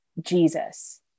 Jesus